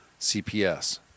CPS